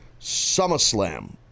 SummerSlam